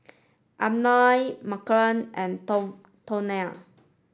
Ammon Marcy and Toriano